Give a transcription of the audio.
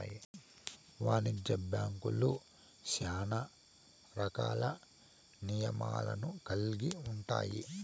వాణిజ్య బ్యాంక్యులు శ్యానా రకాల నియమాలను కల్గి ఉంటాయి